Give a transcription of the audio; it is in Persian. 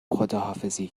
خداحافظی